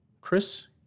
Chris